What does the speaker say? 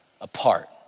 apart